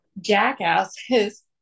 jackasses